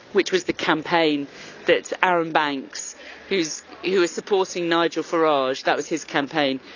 which was the campaign that's arron banks whose, who was supporting nigel farage. that was his campaign.